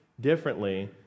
differently